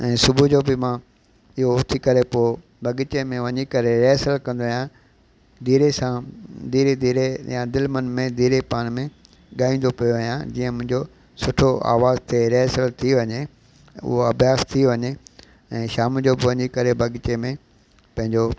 ऐं सुबुह जो बि मां इहो पी करे पोइ बाग़ीचे में वञी करे रिहर्सल कंदो आहियां धीरे सां धीरे धीरे या दिलि मन में धीरे पाण में ॻाईंदो पियो आहियां जीअं मुंहिंजो सुठो आवाज ते रिहर्सल थी वञे उहा अभ्यास थी वञे ऐं शाम जो बि वञी करे बाग़ीचे में पंहिंजो